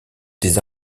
des